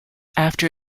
after